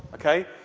ok?